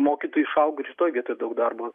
mokytojui išaugo ir šitoj vietoj daug darbo